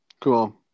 cool